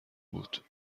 بود